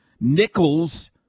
Nichols